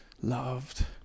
loved